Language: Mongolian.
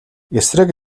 эсрэг